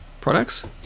products